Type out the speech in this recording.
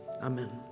Amen